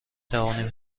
توانیم